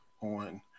on